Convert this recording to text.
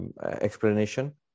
explanation